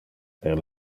per